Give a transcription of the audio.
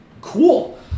Cool